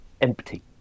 empty